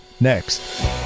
next